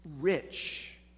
rich